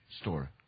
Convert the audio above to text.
store